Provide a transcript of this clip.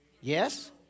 Yes